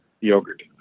yogurt